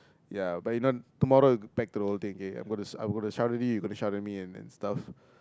ya but you know tomorrow back to the whole thing Again I'm I'm gonna shout at you you gonna shout at me and and stuff